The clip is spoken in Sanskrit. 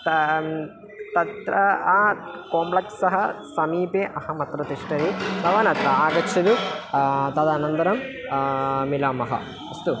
तत् तत्र कोम्प्लेक्स्सः समीपे अहमत्र तिष्ठति भवान् अत्र आगच्छतु तदनन्दरं मिलामः अस्तु